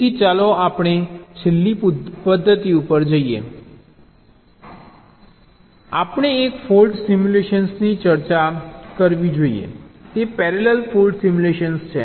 તેથી ચાલો આપણે છેલ્લી પદ્ધતિ ઉપર જઈએ કે આપણે એક ફોલ્ટ સિમ્યુલેશનની ચર્ચા કરવી જોઈએ તે પેરેલલ ફોલ્ટ સિમ્યુલેશન છે